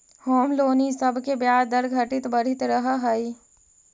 home loan इ सब के ब्याज दर घटित बढ़ित रहऽ हई